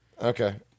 Okay